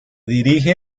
dirige